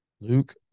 Luke